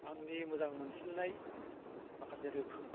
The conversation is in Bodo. आंनि मोजां मोनसिन्नाय माखासे रोखोम